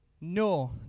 no